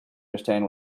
understand